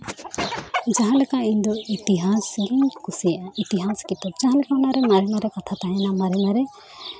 ᱡᱟᱦᱟᱸ ᱞᱮᱠᱟ ᱤᱧᱫᱚ ᱤᱛᱤᱦᱟᱥ ᱜᱤᱧ ᱠᱩᱥᱤᱭᱟᱜᱼᱟ ᱤᱛᱤᱦᱟᱥ ᱠᱤᱛᱟᱹᱵ ᱡᱟᱦᱟᱸ ᱞᱮᱠᱟ ᱚᱱᱟᱨᱮ ᱢᱟᱨᱮ ᱢᱟᱨᱮ ᱠᱟᱛᱷᱟ ᱛᱟᱦᱮᱱᱟ ᱢᱟᱨᱮ ᱢᱟᱨᱮ